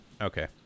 Okay